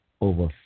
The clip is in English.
over